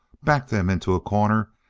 backed them into a corner,